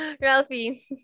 Ralphie